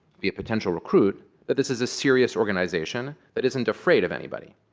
be a potential recruit that this is a serious organization that isn't afraid of anybody.